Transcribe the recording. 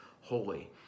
holy